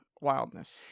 wildness